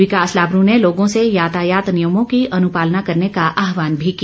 विकास लाबरू ने लोगों से यातयात नियमों की अनुपालना करने का आहवान भी किया